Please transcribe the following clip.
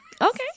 okay